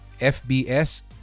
FBS